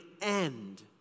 end